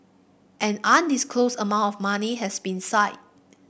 an undisclosed amount of money has been seized